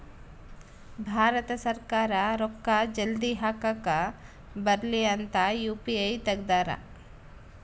ಭಾರತ ಸರ್ಕಾರ ರೂಕ್ಕ ಜಲ್ದೀ ಹಾಕಕ್ ಬರಲಿ ಅಂತ ಯು.ಪಿ.ಐ ತೆಗ್ದಾರ